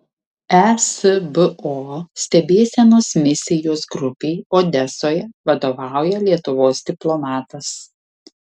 esbo stebėsenos misijos grupei odesoje vadovauja lietuvos diplomatas